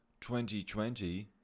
2020